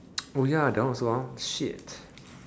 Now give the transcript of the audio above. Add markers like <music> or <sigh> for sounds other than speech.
<noise> oh ya that one also hor shit